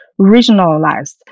regionalized